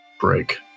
break